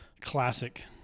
classic